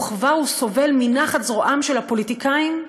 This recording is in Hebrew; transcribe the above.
וכבר הוא סובל מנחת זרועם של הפוליטיקאים,